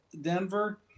Denver